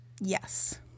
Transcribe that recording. Yes